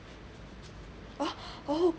oh oh